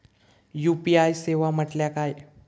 UPI सेवा म्हटल्या काय?